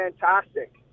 fantastic